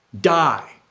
die